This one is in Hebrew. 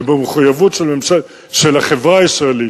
ובמחויבות של החברה הישראלית,